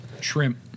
Shrimp